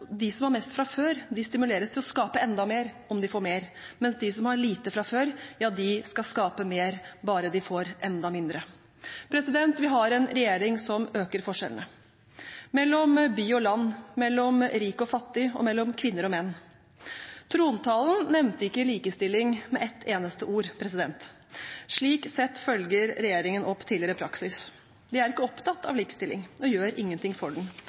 de som har mest fra før, stimuleres til å skape enda mer om de får mer, mens de som har lite fra før, skal skape mer bare de får enda mindre. Vi har en regjering som øker forskjellene – mellom by og land, mellom rik og fattig og mellom kvinner og menn. Trontalen nevnte ikke likestilling med ett eneste ord. Slik sett følger regjeringen opp tidligere praksis. De er ikke opptatt av likestilling og gjør ingenting for den.